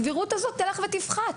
הסבירות הזאת תלך ותפחת,